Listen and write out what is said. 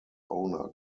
owner